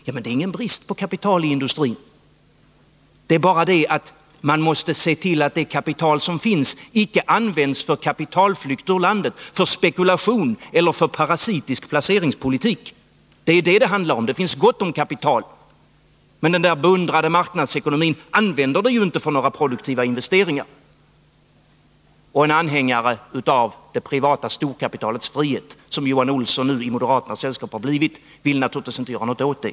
Men det är ju ingen brist på kapital till industrin! Man måste bara se till att det kapital som finns icke används för kapitalflykt ur landet, för spekulation eller för parasitisk placeringspolitik. Det är den saken det gäller. Det finns gott om kapital, men den beundrade marknadsekonomin använder det inte för produktiva investeringar. Och en anhängare av det privata storkapitalets frihet, som Johan Olsson nu i det moderata sällskapet har blivit, vill naturligtvis inte göra någonting åt det.